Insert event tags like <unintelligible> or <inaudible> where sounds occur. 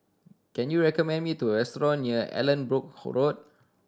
can you recommend me to a restaurant near Allanbrooke Road <unintelligible>